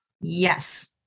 Yes